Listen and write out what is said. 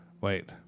Wait